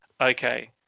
Okay